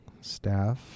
staff